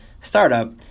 startup